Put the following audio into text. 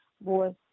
voice